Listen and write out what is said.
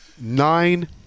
nine